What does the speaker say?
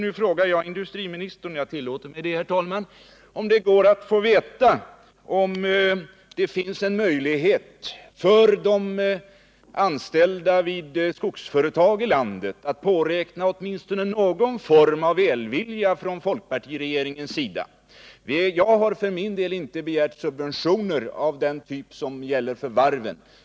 Nu frågar jag industriministern om det går att få veta huruvida det finns en möjlighet för de anställda vid skogsföretag i landet att påräkna åtminstone någon form av välvilja från folkpartiregeringens sida. Jag har för min del inte begärt subventioner av den typ som gäller för varven.